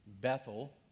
Bethel